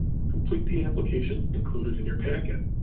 or complete the application included in your packet.